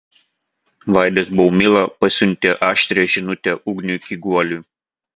vaidas baumila pasiuntė aštrią žinutę ugniui kiguoliui